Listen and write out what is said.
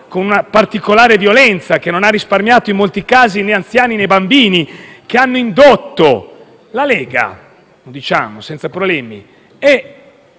con particolare violenza, che non ha risparmiato in molti casi né anziani, né bambini, che hanno indotto la Lega (lo diciamo senza problemi)